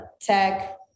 tech